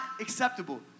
acceptable